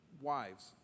Wives